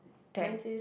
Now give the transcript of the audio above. ten